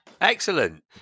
Excellent